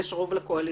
יש רוב לקואליציה.